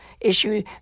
issue